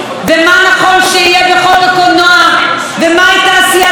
בחוק הקולנוע ומהי תעשיית הקולנוע הישראלית,